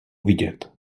vidět